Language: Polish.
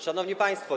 Szanowni Państwo!